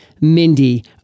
Mindy